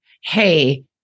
hey